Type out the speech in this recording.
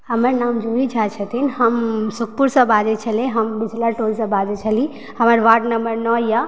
हमर नाम जूही झा छथिन हम सुखपुरसँ बाजै छली हम बिचला टोलसँ बाजऽ छली हमर वार्ड नम्बर नओ यऽशं